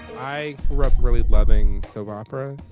i grew up really loving soap opera.